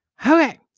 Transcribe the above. Okay